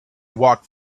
walk